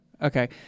Okay